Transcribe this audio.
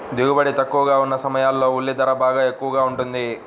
దిగుబడి తక్కువగా ఉన్న సమయాల్లో ఉల్లి ధర బాగా ఎక్కువగా ఉంటుంది